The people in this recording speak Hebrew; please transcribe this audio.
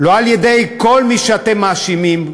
לא על-ידי כל מי שאתם מאשימים,